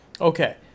Okay